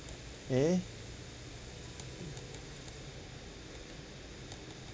eh